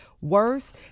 worse